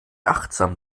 achtsam